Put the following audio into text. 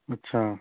اچھا